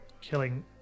killing